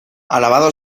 alabado